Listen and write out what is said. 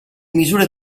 misure